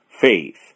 faith